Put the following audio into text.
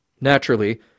Naturally